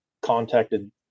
contacted